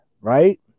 right